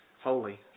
holy